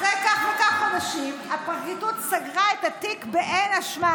אחרי כך וכך חודשים הפרקליטות סגרה את התיק באין אשמה.